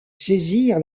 saisir